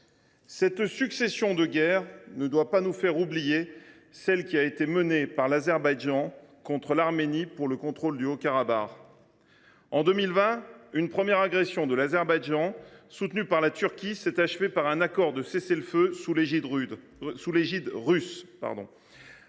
Cette succession de guerres ne doit pas nous faire oublier celle qui a été menée par l’Azerbaïdjan contre l’Arménie pour le contrôle du Haut Karabagh. En 2020, une première agression de l’Azerbaïdjan, soutenue par la Turquie, s’est achevée par un accord de cessez le feu sous l’égide de